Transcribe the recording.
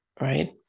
right